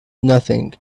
nothing